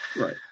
right